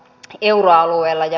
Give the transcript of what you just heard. euroalueella ja